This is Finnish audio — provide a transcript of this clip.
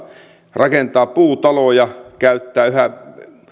rakentaa puutaloja käyttää yhä